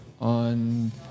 on